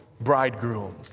bridegroom